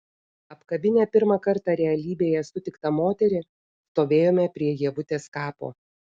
apkabinę pirmą kartą realybėje sutiktą moterį stovėjome prie ievutės kapo